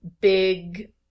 big